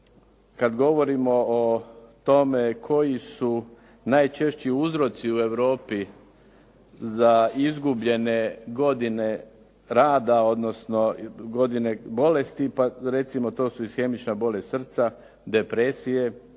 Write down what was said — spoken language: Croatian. kad govorimo o tome koji su najčešći uzroci u Europi za izgubljene godine rada, odnosno godine bolesti, pa recimo to su ishemična bolest srca, depresije,